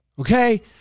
okay